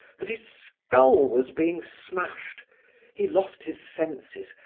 that his skull was being smashed he lost his senses,